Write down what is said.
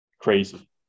crazy